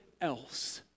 else